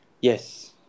yes